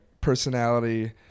personality